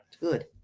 Good